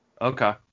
Okay